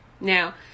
Now